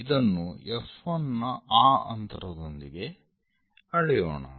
ಇದನ್ನು F1 ನ ಆ ಅಂತರದೊಂದಿಗೆ ಅಳೆಯೋಣ